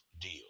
deal